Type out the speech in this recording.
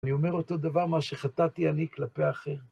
אני אומר אותו דבר מה שחטאתי אני כלפי אחר.